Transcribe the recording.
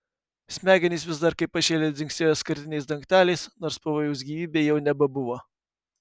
smegenys vis dar kaip pašėlę dzingsėjo skardiniais dangteliais nors pavojaus gyvybei jau nebebuvo